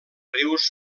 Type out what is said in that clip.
rius